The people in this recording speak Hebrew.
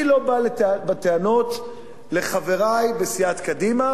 אני לא בא בטענות לחברי בסיעת קדימה,